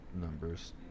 numbers